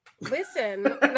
Listen